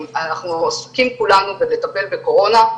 אנחנו עסוקים כולנו בלטפל בקורונה,